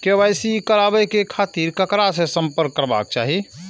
KYC कराबे के खातिर ककरा से संपर्क करबाक चाही?